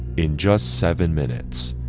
in just seven minutes,